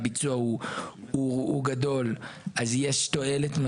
בלב הערים ולאו דווקא במסגרת -- מה נתת עכשיו רעיונות לדנה.